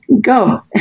Go